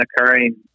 occurring